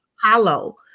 hollow